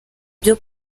byo